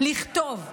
צריכה לכתוב: